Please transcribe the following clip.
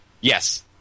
Yes